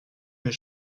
mes